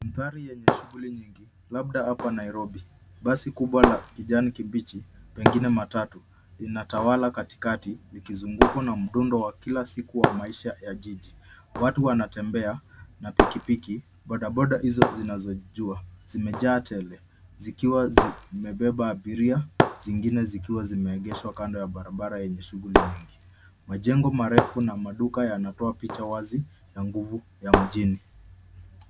Mandhari yenye shughuli nyingi, labda hapa Nairobi. Basi kubwa la kijani kibichi, pengine matatu, linatawala katikati, likizungukwa na mdundo wa kila siku wa maisha ya jiji. Watu wanatembea, na pikipiki, bodaboda hizo zinazojua. Zimejaa tele. Zikiwa zimebeba abiria, zingine zikiwa zimeegeshwa kando ya barabara yenye shughuli nyingi. Majengo marefu na maduka yanatoa picha wazi, ya nguvu ya mjini.